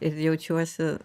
ir jaučiuosi